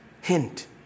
Hint